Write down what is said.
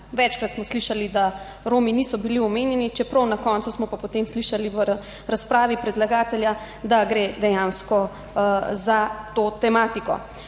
Večkrat smo slišali, da Romi niso bili omenjeni, čeprav smo na koncu pa potem slišali v razpravi predlagatelja, da gre dejansko za to tematiko.